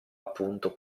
appunto